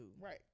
Right